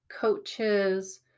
coaches